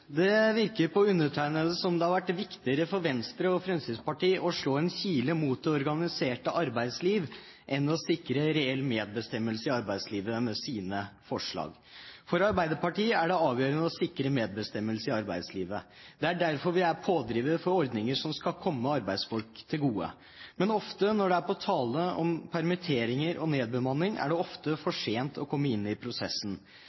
Det virker på undertegnede som om det har vært viktigere for Venstre og Fremskrittspartiet å slå en kile mot det organiserte arbeidsliv enn å sikre reell medbestemmelse i arbeidslivet med sine forslag. For Arbeiderpartiet er det avgjørende å sikre medbestemmelse i arbeidslivet. Det er derfor vi er pådrivere for ordninger som skal komme arbeidsfolk til gode. Men ofte når det er på tale med permitteringer og nedbemanning, er det